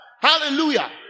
hallelujah